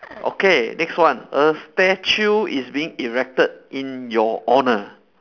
okay next one a statue is being erected in your honour